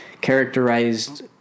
characterized